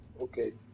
Okay